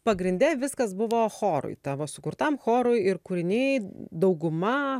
pagrinde viskas buvo chorui tavo sukurtam chorui ir kūriniai dauguma